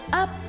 up